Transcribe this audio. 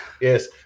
Yes